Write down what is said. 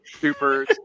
super